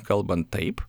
kalbant taip